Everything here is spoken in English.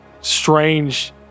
strange